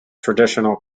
traditional